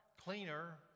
cleaner